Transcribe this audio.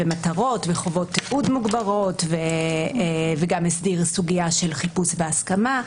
מטרות וחובות תיעוד מוגברות וגם הסדיר סוגיה של חיפוש בהסכמה.